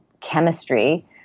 chemistry